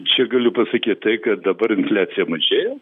čia galiu pasakyt tai kad dabar infliacija mažėja